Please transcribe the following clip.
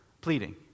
pleading